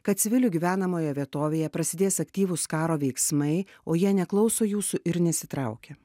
kad civilių gyvenamoje vietovėje prasidės aktyvūs karo veiksmai o jie neklauso jūsų ir nesitraukia